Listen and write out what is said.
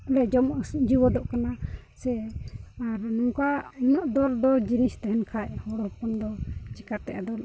ᱞᱮ ᱡᱚᱢ ᱟᱹᱥᱩᱞ ᱡᱮᱣᱮᱫᱚᱜ ᱠᱟᱱᱟ ᱥᱮ ᱟᱨ ᱱᱚᱝᱠᱟ ᱱᱩᱱᱟᱹᱜ ᱫᱚᱨ ᱫᱚ ᱡᱤᱱᱤᱥ ᱛᱟᱦᱮᱱ ᱠᱷᱟᱱ ᱦᱚᱲ ᱦᱚᱯᱚᱱ ᱫᱚ ᱪᱤᱠᱟᱹᱛᱮ ᱟᱫᱚ